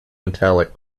metallic